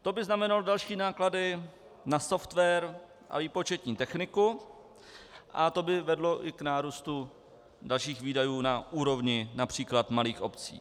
To by znamenalo další náklady na software a výpočetní techniku a to by vedlo i k nárůstu dalších výdajů na úrovni například malých obcí.